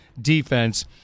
defense